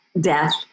death